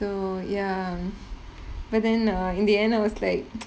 so ya but then uh in the end I was like